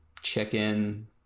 chicken